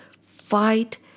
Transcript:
fight